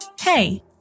Hey